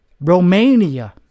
Romania